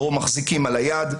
או מחזיקים על היד,